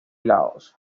laos